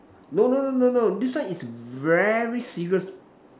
no no no no no this one is very serious